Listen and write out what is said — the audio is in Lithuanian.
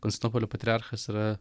konstantinopolio patriarchas yra